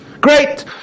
Great